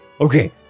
okay